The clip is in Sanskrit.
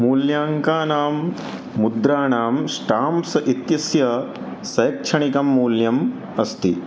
मूल्याङ्कानां मुद्राणां श्टाम्प्स् इत्यस्य शैक्षणिकमूल्यम् अस्ति